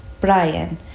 Brian